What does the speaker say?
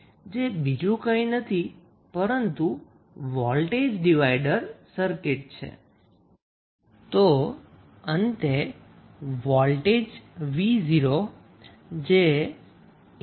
જે બીજું કંઈ નથી પરંતુ વોલ્ટેજ ડિવાઈડેડ સર્કિટ છે